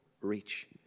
reach